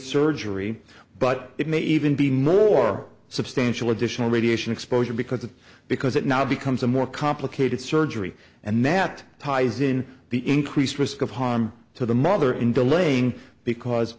surgery but it may even be more substantial additional radiation exposure because of because it now becomes a more complicated surgery and that ties in the increased risk of harm to the mother in delaying because